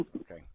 okay